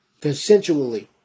consensually